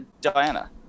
Diana